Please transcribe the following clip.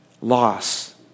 Loss